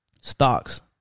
Stocks